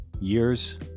years